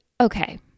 okay